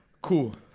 Cool